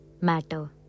matter